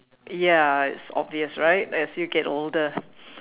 ya it's obvious right as you get older